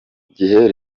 gihe